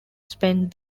spent